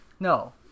No